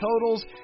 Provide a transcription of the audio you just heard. totals